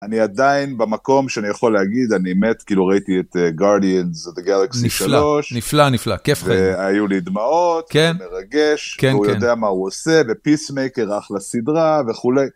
אני עדיין במקום שאני יכול להגיד, אני מת, כאילו ראיתי את guardians of the galaxy שלוש. נפלא, נפלא נפלא, כיף חיים. והיו לי דמעות, מרגש, והוא יודע מה הוא עושה, ו-peacemaker, אחלה סדרה וכולי.